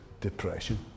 depression